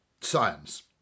science